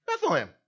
Bethlehem